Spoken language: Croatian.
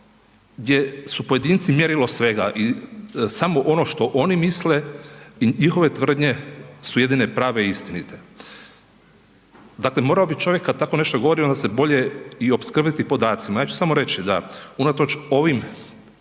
gdje su pojedinci mjerilo svega i samo ono što oni misle i njihove tvrdnje su jedine prave i istinite. Dakle, morao bi čovjek kad tako nešto govori onda se bolje i opskrbiti podacima. Ja ću samo reći da unatoč ovim